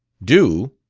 do?